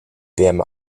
wärme